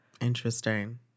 Interesting